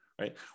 right